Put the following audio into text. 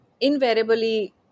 invariably